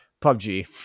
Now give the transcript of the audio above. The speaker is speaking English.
PUBG